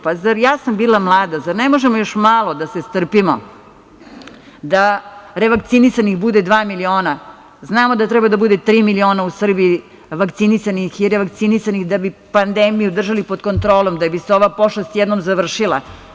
Bila sam i ja mlada, zar ne možemo još malo da se strpimo, da revakcinisanih bude dva miliona, znamo da treba da bude tri miliona u Srbiji vakcinisanih i revakcinisanih da bi pandemiju držali pod kontrolom, da bi se ova pošast jednom završila.